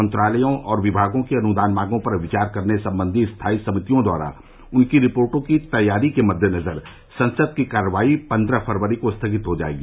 मंत्रालयों और विभागों की अनुदान मांगों पर विचार करने संबंधी स्थायी समितियों द्वारा उनकी रिर्पोटों की तैयारी के मद्देनजर संसद की कार्यवाई पन्द्रह फरवरी को स्थगित हो जायेगी